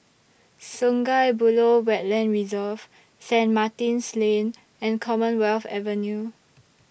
Sungei Buloh Wetland Reserve Saint Martin's Lane and Commonwealth Avenue